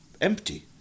Empty